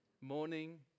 morning